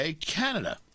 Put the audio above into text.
Canada